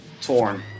Torn